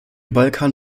balkan